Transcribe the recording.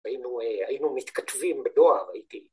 ‫היינו מתכתבים בדואר הייתי.